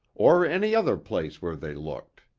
or any other place where they looked.